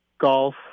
golf